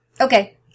Okay